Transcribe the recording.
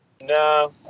No